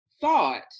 thought